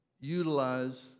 utilize